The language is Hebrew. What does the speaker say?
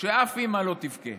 שאף אימא לא תבכה